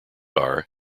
are